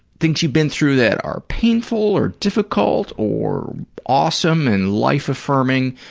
things you've been through that are painful or difficult or awesome and life-affirming.